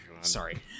Sorry